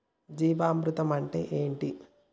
జీవామృతం అంటే ఏంటి?